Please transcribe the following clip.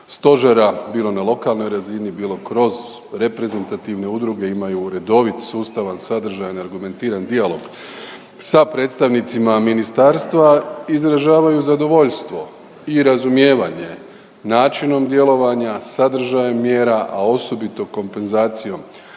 stožera bilo na lokalnoj razini, bilo kroz reprezentativne udruge imaju redovit, sustavan, sadržajan, argumentiran dijalog sa predstavnicima ministarstva. Izražavaju zadovoljstvo i razumijevanje načinom djelovanja, sadržajem mjera, a osobito kompenzacijom